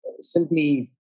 simply